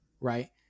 Right